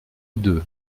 deux